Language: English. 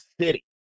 city